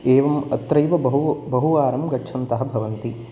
एवम् अत्रैव बहु बहुवारं गच्छन्तः भवन्ति